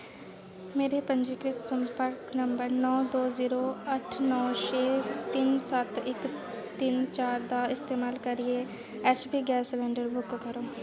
मेरे पंजीकृत संपर्क नंबर नौ दो जीरो अट्ठ नौ छे तिन सत्त इक तिन चार दा इस्तेमाल करियै ऐच्चपी गैस सलंडर बुक करो